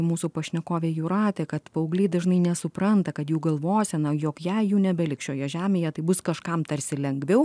mūsų pašnekovė jūratė kad paaugliai dažnai nesupranta kad jų galvosena jog jei jų nebeliks šioje žemėje tai bus kažkam tarsi lengviau